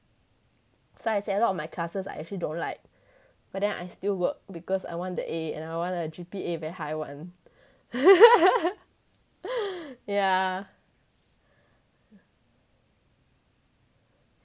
so I said a lot of my classes I actually don't like but then I still work because I want that A and I want a G_P_A very high [one] yeah